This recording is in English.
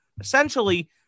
essentially